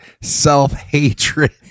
self-hatred